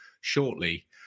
shortly